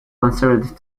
considered